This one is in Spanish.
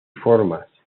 formas